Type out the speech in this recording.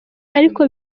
ariko